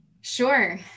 Sure